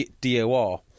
DOR